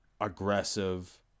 aggressive